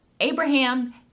abraham